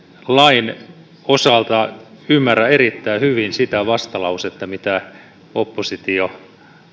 lain osalta ymmärrän erittäin hyvin sitä vastalausetta minkä oppositio